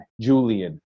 Julian